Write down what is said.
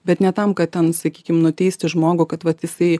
bet ne tam kad ten sakykim nuteisti žmogų kad vat jisai